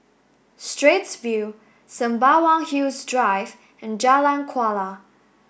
Straits View Sembawang Hills Drive and Jalan Kuala